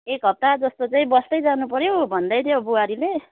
एक हप्ता जस्तो चाहिँ बस्दै जानु पऱ्यो भन्दै थियो बुहारीले